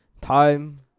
time